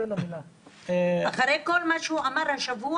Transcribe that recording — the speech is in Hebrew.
תן לו -- אחרי כל מה הוא אמר השבוע?